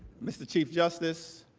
mr. chief justice,